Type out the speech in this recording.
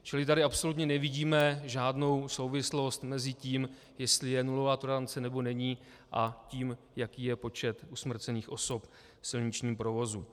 Čili tady absolutně nevidíme žádnou souvislost mezi tím, jestli je nulová tolerance, nebo není, a tím, jaký je počet usmrcených osob v silničním provozu.